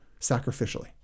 sacrificially